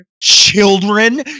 children